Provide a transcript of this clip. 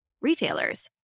retailers